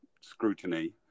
scrutiny